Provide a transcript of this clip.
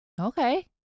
Okay